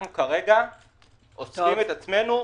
אנחנו כרגע אוספים את עצמנו,